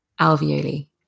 alveoli